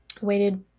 waited